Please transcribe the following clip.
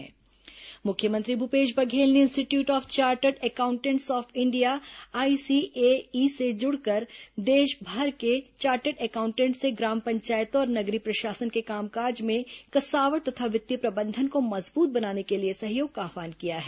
मुख्यमंत्री chartered accountants मुख्यमंत्री भूपेश बघेल ने institute of chartered accountants of India ICAI से जुड़े देशभर के चार्टर्ड एकाउंटेंटस से ग्राम पंचायतों और नगरीय प्रशासन के कामकाज में कसावट तथा वित्तीय प्रबंधन को मजबूत बनाने के लिए सहयोग का आव्हान किया है